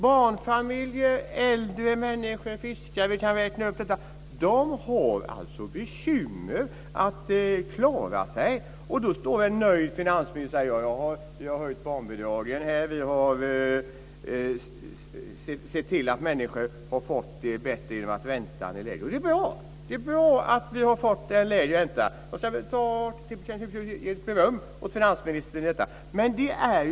Barnfamiljer, äldre människor och fiskare - jag kan räkna upp dem - har bekymmer med att klara sig. Då säger en nöjd finansminister att man har höjt barnbidragen och sett till att människor har fått det bättre genom att räntan blivit lägre. Det är bra att vi har fått en lägre ränta. Jag ska ge beröm åt finansministern när det gäller detta.